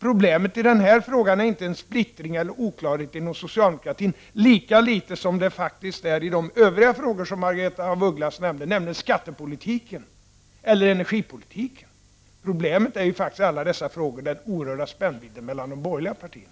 Problemet i denna fråga är inte splittring eller oklarhet inom socialdemokratin lika litet som det faktiskt är det när det gäller de övriga frågor som Margaretha af Ugglas nämnde, nämligen skattepolitiken och energipolitiken. Problemet är faktiskt alla frågor där det är oerhörd spännvidd mellan de borgerliga partierna.